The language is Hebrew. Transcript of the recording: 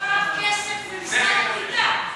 למה היא, כסף ממשרד הקליטה?